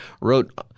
wrote